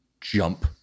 jump